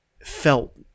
felt